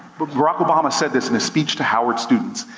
but barack obama said this in his speech to howard students.